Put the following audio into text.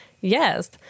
Yes